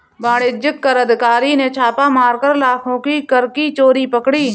वाणिज्य कर अधिकारी ने छापा मारकर लाखों की कर की चोरी पकड़ी